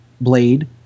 blade